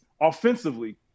offensively